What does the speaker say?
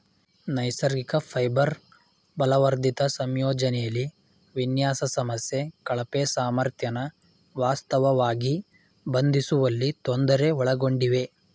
ನೈಸರ್ಗಿಕ ಫೈಬರ್ ಬಲವರ್ಧಿತ ಸಂಯೋಜನೆಲಿ ವಿನ್ಯಾಸ ಸಮಸ್ಯೆ ಕಳಪೆ ಸಾಮರ್ಥ್ಯನ ವಾಸ್ತವವಾಗಿ ಬಂಧಿಸುವಲ್ಲಿ ತೊಂದರೆ ಒಳಗೊಂಡಿವೆ